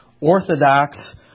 orthodox